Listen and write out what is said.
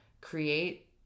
create